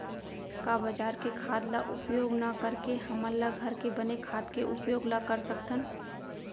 का बजार के खाद ला उपयोग न करके हमन ल घर के बने खाद के उपयोग ल कर सकथन?